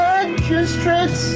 Magistrate